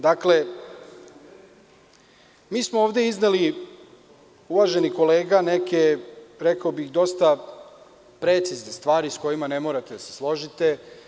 Dakle, mi smo ovde izneli, uvaženi kolega, neke rekao bih dosta precizne stvari, s kojima ne morate da se složite.